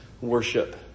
worship